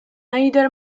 either